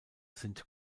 sind